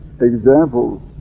examples